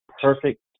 perfect